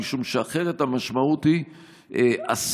משום שאחרת המשמעות היא אסון,